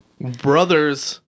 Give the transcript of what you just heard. brothers